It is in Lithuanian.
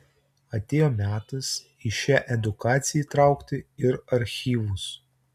atėjo metas į šią edukaciją įtraukti ir archyvus